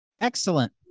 excellent